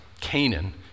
Canaan